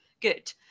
good